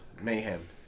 mayhem